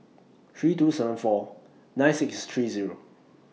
three two seven four nine six three Zero